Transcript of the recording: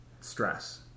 stress